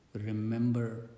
remember